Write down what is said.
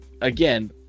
again